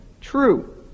true